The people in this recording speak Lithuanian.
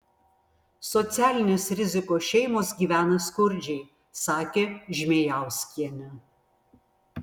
socialinės rizikos šeimos gyvena skurdžiai sakė žmėjauskienė